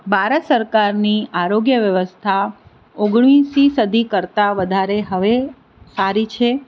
ભારત સરકારની આરોગ્ય વ્યવસ્થા ઓગણીસમી સદી કરતાં વધારે હવે સારી છે